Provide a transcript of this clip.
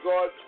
God